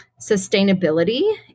sustainability